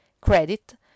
credit